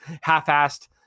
half-assed